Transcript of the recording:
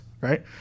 right